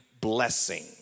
blessing